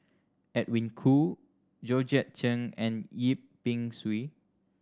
Edwin Koo Georgette Chen and Yip Pin Xiu